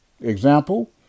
Example